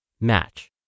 match